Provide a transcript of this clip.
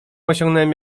osiągnąłem